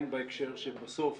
הן בהקשר שבסוף